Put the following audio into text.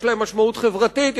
יש להם משמעות חברתית,